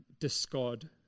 discard